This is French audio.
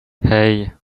hey